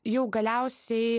jau galiausiai